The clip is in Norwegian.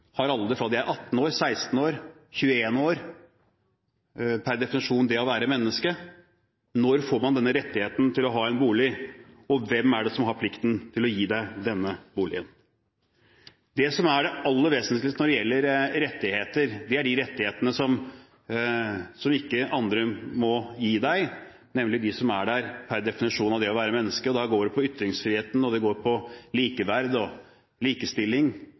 Har alle rett på det fra de er 16, 18 eller 21 år? Når er man per definisjon menneske? Når får man denne rettigheten til å ha en bolig, og hvem er det som har plikten til å gi deg denne boligen? Det aller vesentligste når det gjelder rettigheter, er de rettighetene som ikke andre må gi deg, nemlig de som er der i kraft av at man er et menneske. Det går på ytringsfrihet, likeverd, likestilling – selv om det også er utfordrende mange steder – det å kunne kritisere og